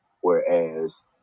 whereas